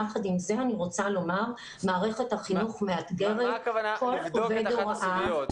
יחד עם זאת אני רוצה לומר שמערכת החינוך מאתגרת כל עובד הוראה